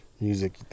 music